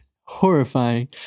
horrifying